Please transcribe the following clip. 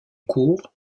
cours